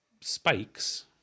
spikes